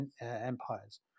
empires